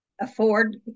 afford